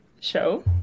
show